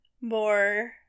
more